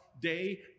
day